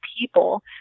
people